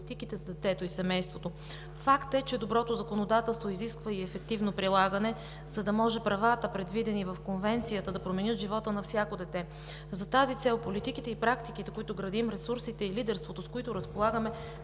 ресурсите и лидерството, с които разполагаме,